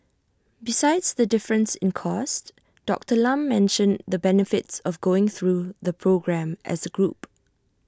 besides the difference in cost Doctor Lam mentioned the benefits of going through the programme as A group